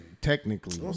technically